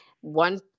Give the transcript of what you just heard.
One